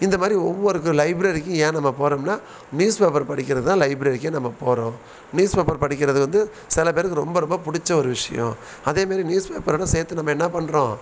இந்தமாதிரி ஒவ்வொரு லைப்ரரிக்கும் ஏன் நம்ம போகிறோம்னா நியூஸ் பேப்பர் படிக்கிறதுக்குதான் லைப்ரரிக்கே நம்ம போகிறோம் நியூஸ் பேப்பர் படிக்கிறது வந்து சிலப்பேருக்கு ரொம்ப ரொம்ப பிடிச்ச ஒரு விஷயம் அதேமாரி நியூஸ் பேப்பரெல்லாம் சேர்த்து நம்ம என்ன பண்ணுறோம்